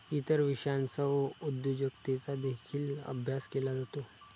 इतर विषयांसह उद्योजकतेचा देखील अभ्यास केला जातो